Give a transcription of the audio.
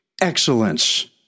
Excellence